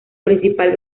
principal